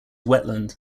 wetland